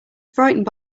frightened